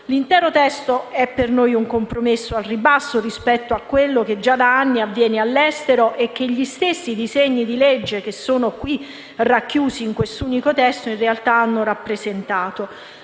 L'intero testo è per noi un compromesso al ribasso rispetto a quanto già da anni avviene all'estero e che gli stessi disegni di legge racchiusi in questo unico testo in realtà hanno rappresentato.